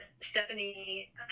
Stephanie